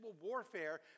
warfare